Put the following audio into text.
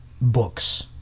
books